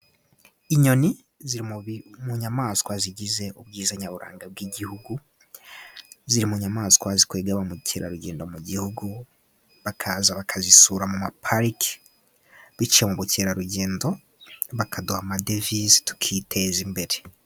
Inyoni ziri mu inyamaswa zigize ubwiza nyaburanga bw'igihugu. Ziri mu inyamaswa zikurura ba mukerarugendo mu gihugu bakaza bakazisura mu ma pariki bityo abakerarugendo bakaduha amadevize tukiteza imbere.